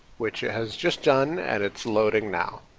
which it has just done and it's loading now.